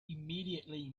immediately